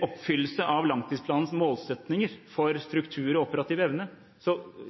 oppfyllelse av langtidsplanens målsettinger for struktur og operativ evne,